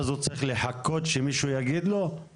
הוא צריך לחכות שמישהו יגיד אם הוא יכול לבוא?